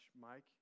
Mike